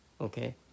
okay